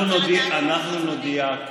אנחנו נודיע.